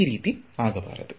ಈ ರೀತಿ ಆಗಬಾರದು